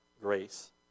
grace